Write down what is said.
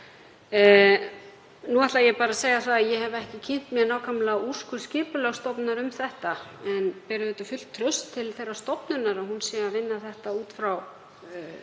Nú ætla ég bara að segja að ég hef ekki kynnt mér nákvæmlega úrskurð Skipulagsstofnunar um þetta, en ber auðvitað fullt traust til þeirrar stofnunar að hún vinni þetta út frá